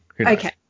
Okay